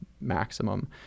maximum